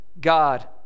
God